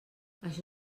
això